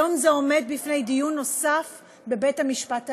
היום זה עומד בפני דיון נוסף בבית-המשפט העליון.